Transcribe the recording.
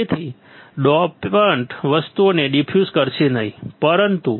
તેથી ડોપન્ટ વસ્તુઓને ડિફ્યુઝ કરશે નહીં પરંતુ